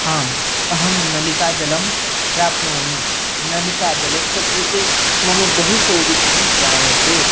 आम् अहं नलिका जलं प्राप्नोमि नलिका जलस्य कृते मम बहु सौविद्ध्यं जायते